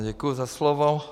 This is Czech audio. Děkuji za slovo.